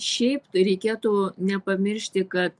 šiaip tai reikėtų nepamiršti kad